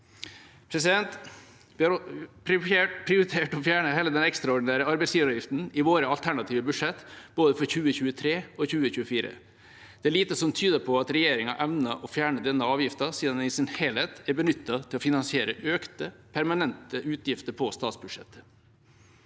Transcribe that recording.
mrd. kr. Vi har prioritert å fjerne hele den ekstraordinære arbeidsgiveravgiften i vårt alternative budsjett for både 2023 og 2024. Det er lite som tyder på at regjeringa evner å fjerne denne avgiften, siden den i sin helhet er benyttet til å finansiere økte permanente utgifter på statsbudsjettet.